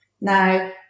Now